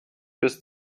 bis